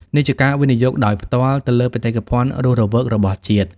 នេះជាការវិនិយោគដោយផ្ទាល់ទៅលើ បេតិកភណ្ឌរស់រវើក របស់ជាតិ។